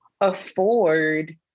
afford